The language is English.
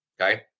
Okay